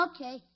Okay